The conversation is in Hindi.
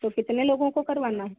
तो कितने लोगो को करवाना है